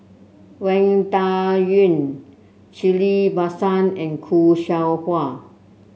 Wang Dayuan Ghillie Basan and Khoo Seow Hwa